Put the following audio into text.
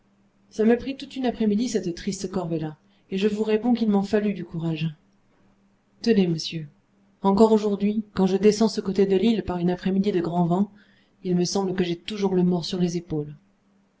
ça me prit tout une après-midi cette triste corvée là et je vous réponds qu'il m'en fallut du courage tenez monsieur encore aujourd'hui quand je descends ce côté de l'île par une après-midi de grand vent il me semble que j'ai toujours le mort sur les épaules